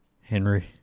Henry